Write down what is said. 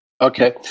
Okay